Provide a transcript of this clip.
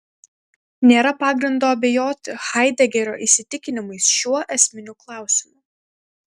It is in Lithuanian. nėra pagrindo abejoti haidegerio įsitikinimais šiuo esminiu klausimu